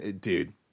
dude